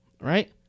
Right